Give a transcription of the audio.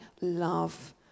love